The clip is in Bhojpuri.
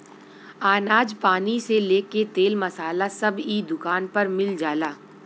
अनाज पानी से लेके तेल मसाला सब इ दुकान पर मिल जाला